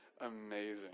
amazing